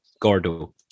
Gordo